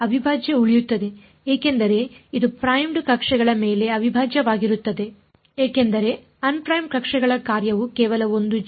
ಅವಿಭಾಜ್ಯ ಉಳಿಯುತ್ತದೆ ಏಕೆಂದರೆ ಇದು ಪ್ರೈಮ್ಡ್ ಕಕ್ಷೆಗಳ ಮೇಲೆ ಅವಿಭಾಜ್ಯವಾಗಿರುತ್ತದೆ ಏಕೆಂದರೆ ಅನ್ ಪ್ರೈಮ್ಡ್ ಕಕ್ಷೆಗಳ ಕಾರ್ಯವು ಕೇವಲ ಒಂದು g